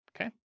okay